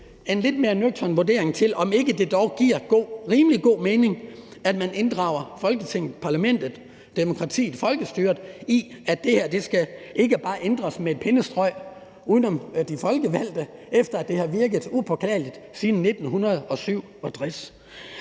en lidt mere nøgtern vurdering af, om ikke det giver rimelig god mening, at man inddrager Folketinget, parlamentet, demokratiet, folkestyret i, at det her ikke bare med et pennestrøg skal ændres uden om de folkevalgte, efter at det har virket upåklageligt siden 1967.